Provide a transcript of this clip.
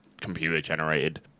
computer-generated